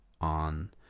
on